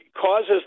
causes